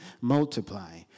multiply